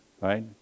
Right